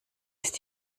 ist